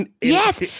Yes